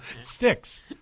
Sticks